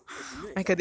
academia is like